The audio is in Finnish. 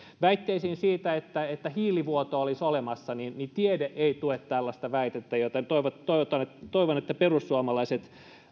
väitteisiin siitä että että hiilivuotoa olisi olemassa tiede ei tue tällaista väitettä joten toivon että perussuomalaiset